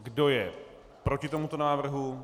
Kdo je proti tomuto návrhu?